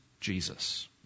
Jesus